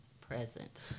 present